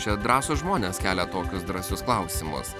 čia drąsūs žmonės kelia tokius drąsius klausimus